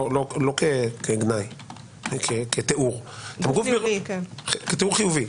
לא כגנאי אלא כתיאור חיובי,